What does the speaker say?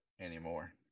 anymore